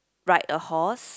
ride a horse